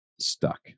stuck